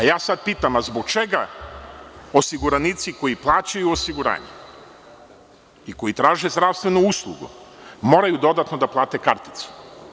Ja sad pitam – zbog čega osiguranici koji plaćaju osiguranje i koji traže zdravstvenu uslugu moraju dodatno da plate karticu?